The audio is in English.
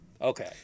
okay